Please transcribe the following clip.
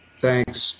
Thanks